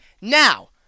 Now